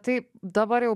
tai dabar jau